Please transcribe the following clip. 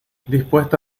dispuesto